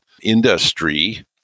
industry